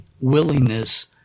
willingness